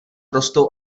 rostou